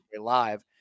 Live